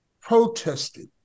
protested